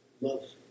love